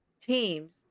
Teams